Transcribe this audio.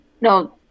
No